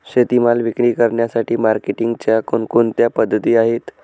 शेतीमाल विक्री करण्यासाठी मार्केटिंगच्या कोणकोणत्या पद्धती आहेत?